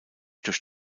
durch